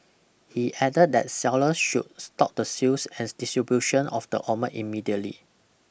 he added that sellers should stop the sales and distribution of the immediately